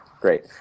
great